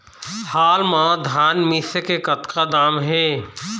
हाल मा धान मिसे के कतका दाम हे?